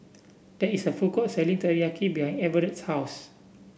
there is a food court selling Teriyaki behind Everett's house